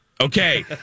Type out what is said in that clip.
Okay